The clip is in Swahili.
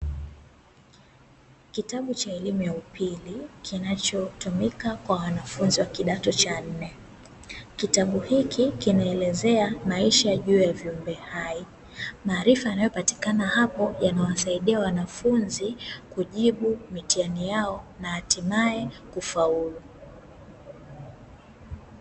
Kitabu cha elimu ya upili kinachotumika kwa wanafunzi wa kidato cha nne. Kitabu hiki kinaelezea maisha juu ya viumbe hai, maarifa yanayo patikana hapo yanawasaidia wanafunzi kujibu mitihani yao na hatimae kufaulu.